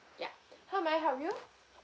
ya how may I help you